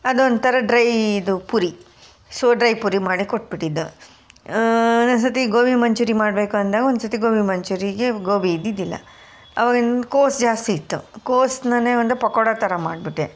ಅದು ಒಂಥರ ಡ್ರೈ ಇದು ಪುರಿ ಸೊ ಡ್ರೈ ಪುರಿ ಮಾಡಿ ಕೊಟ್ಟುಬಿಟ್ಟಿದ್ದು ಇನ್ನೊಂದು ಸರ್ತಿ ಗೋಬಿ ಮಂಚೂರಿ ಮಾಡಬೇಕು ಅಂದಾಗ ಒಂದು ಸತಿ ಗೋಬಿ ಮಂಚೂರಿಗೆ ಗೋಬಿ ಇದ್ದಿದ್ದಿಲ್ಲ ಆವಾಗ ಕೋಸು ಜಾಸ್ತಿ ಇತ್ತು ಕೋಸನ್ನೇ ಒಂದು ಪಕೋಡ ಥರ ಮಾಡಿಬಿಟ್ಟೆ